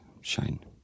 Shine